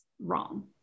wrong